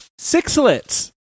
Sixlets